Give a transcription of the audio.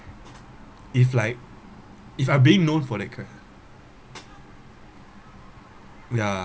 if like if I'm being know for that chara~ ya